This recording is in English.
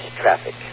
traffic